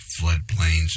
floodplains